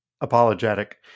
apologetic